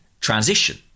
transition